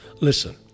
listen